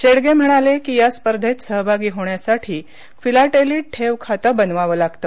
शेडगे म्हणाले की या स्पर्धेत सहभागी होण्यासाठी फिलाटेली ठेव खाते बनवावे लागते